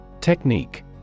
Technique